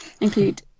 include